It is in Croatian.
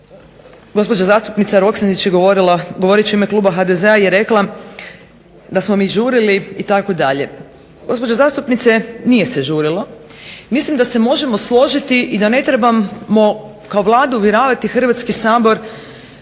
gospođa zastupnica Roksandić je govorila govoreći u ime Kluba HDZ-a je rekla da smo mi žurili itd. Gospođo zastupnice nije se žurilo, mislim da se možemo složiti i da ne trebamo kao Vladu uvjeravati Hrvatski sabor